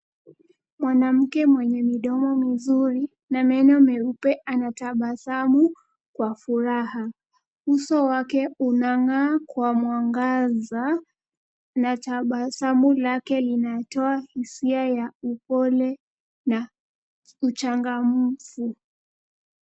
Mwanamke mwenye midomo mizuri na meno meupe anatabasamu kwa furaha, uso wake unangaa kwa mwangaza natabasamu lake linatoa hisia ya upole na uchangamfu.